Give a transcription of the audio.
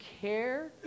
care